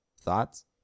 Thoughts